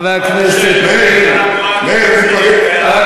חבר הכנסת מאיר כהן,